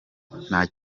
nta